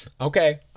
okay